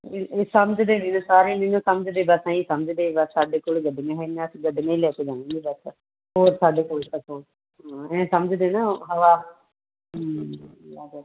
ਇਹ ਇਹ ਸਮਝਦੇ ਨਹੀਂ ਨਾ ਸਾਰੇ ਨਹੀਂ ਨਾ ਸਮਝਦੇ ਬਸ ਐਂਈਂ ਸਮਝਦੇ ਬਸ ਸਾਡੇ ਕੋਲ ਗੱਡੀਆਂ ਹੈਗੀਆਂ ਅਸੀਂ ਗੱਡੀਆਂ ਹੀ ਲੈ ਕੇ ਜਾਊਂਗੇ ਬਸ ਹੋਰ ਸਾਡੇ ਕੋਲ ਐਂ ਸਮਝਦੇ ਨਾ ਹਵਾ ਹੂੰ